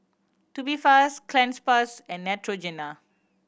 Tubifast Cleanz Plus and Neutrogena